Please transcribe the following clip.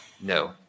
No